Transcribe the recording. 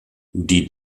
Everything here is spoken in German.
die